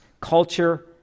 culture